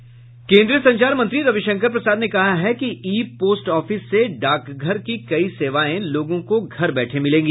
केन्द्रीय संचार मंत्री रविशंकर प्रसाद ने कहा कि ई पोस्ट ऑफिस से डाकघर की कई सेवाऐं लोगों को घर बैठे मिलेंगी